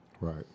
right